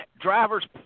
drivers